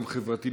גם חברתי.